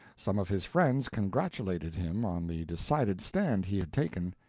some of his friends congratulated him on the decided stand he had taken,